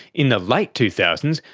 in the late two thousand s,